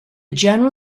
general